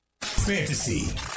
Fantasy